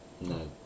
No